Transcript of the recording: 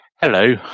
Hello